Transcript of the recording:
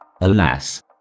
Alas